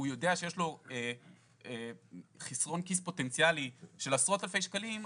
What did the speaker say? הוא יודע שיש לו חסרון כיס פוטנציאלי של עשרות אלפי שקלים,